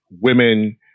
women